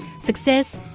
success